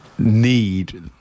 Need